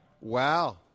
Wow